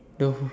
the